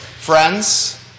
Friends